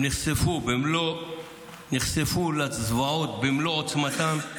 הם נחשפו לזוועות במלוא עוצמתן.